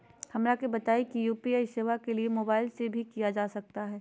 हमरा के बताइए यू.पी.आई सेवा के लिए मोबाइल से भी किया जा सकता है?